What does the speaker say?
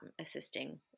assisting